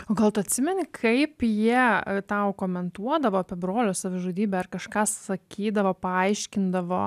o gal tu atsimeni kaip jie tau komentuodavo apie brolio savižudybę ar kažką sakydavo paaiškindavo